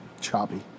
choppy